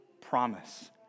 promise